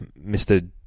Mr